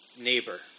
neighbor